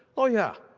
oh, yeah,